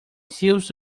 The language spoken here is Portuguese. seus